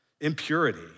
impurity